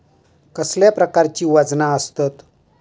कसल्या प्रकारची वजना आसतत?